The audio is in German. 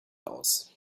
aus